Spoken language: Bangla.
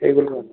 এগুলো বানা